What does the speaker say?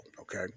okay